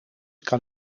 kan